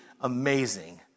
amazing